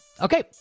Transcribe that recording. Okay